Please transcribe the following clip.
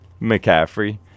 McCaffrey